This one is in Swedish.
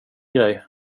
grej